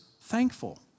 Thankful